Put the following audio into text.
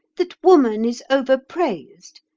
that woman is over-praised.